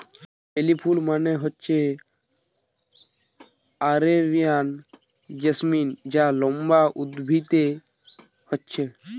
বেলি ফুল মানে হচ্ছে আরেবিয়ান জেসমিন যা লম্বা উদ্ভিদে হচ্ছে